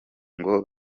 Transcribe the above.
ngo